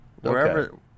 Wherever